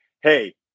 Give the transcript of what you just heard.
hey